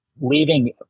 leaving